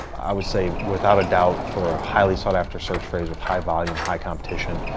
i would say without a doubt for a highly sought after search phrase with high volume, high competition,